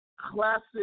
classic